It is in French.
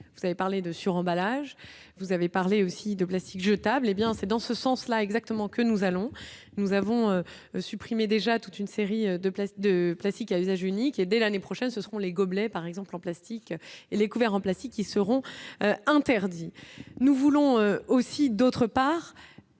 vous avez parlé de sur-emballages, vous avez parlé aussi de plastique jetable, hé bien c'est dans ce sens-là, exactement, que nous allons nous avons supprimé déjà toute une série de place de plastique à usage unique et dès l'année prochaine, ce seront les gobelets par exemple en plastique et les couverts en plastique qui seront. Interdit, nous voulons aussi d'autre part